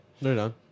No